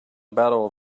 battle